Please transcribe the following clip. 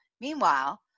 meanwhile